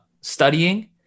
studying